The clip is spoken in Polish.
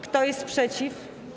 Kto jest przeciw?